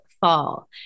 fall